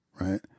Right